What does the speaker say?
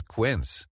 Quince